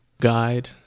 guide